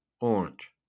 orange